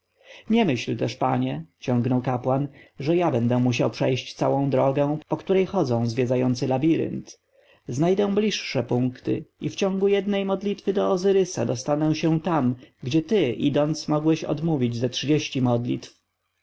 nie myśl też panie ciągnął kapłan że ja będę musiał przejść całą drogę po której chodzą zwiedzający labirynt znajdę bliższe punkta i w ciągu jednej modlitwy do ozyrysa dostanę się tam gdzie ty idąc mogłeś odmówić ze trzydzieści modlitw